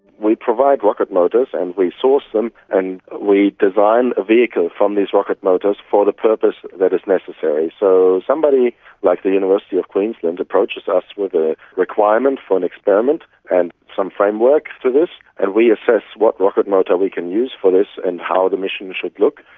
we provide rocket motors and we source them and we design a vehicle from these rocket motors for the purpose that is necessary. so somebody like the university of queensland approaches us with a requirement for an experiment and some framework to this, and we assess what rocket motor we can use for this and how the mission should look,